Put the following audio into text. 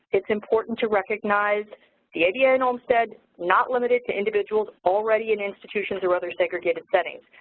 is important to recognize the ada and olmstead not limited to individuals already in institutions or other segregated settings.